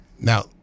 Now